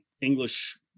English